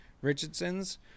Richardson's